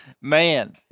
Man